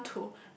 I want